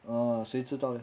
oh 谁知道